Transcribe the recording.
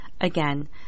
again